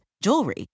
jewelry